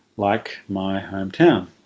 like my home town.